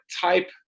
type